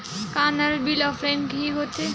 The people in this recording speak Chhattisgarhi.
का नल बिल ऑफलाइन हि होथे?